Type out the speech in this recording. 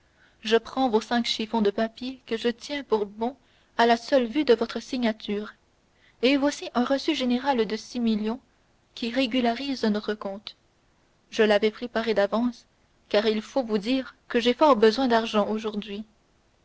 je prends vos cinq chiffons de papier que je tiens pour bons à la seule vue de votre signature et voici un reçu général de six millions qui régularise notre compte je l'avais préparé d'avance car il faut vous dire que j'ai fort besoin d'argent aujourd'hui